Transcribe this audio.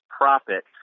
profit